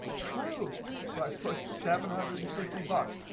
true, so i put seven hundred and fifty but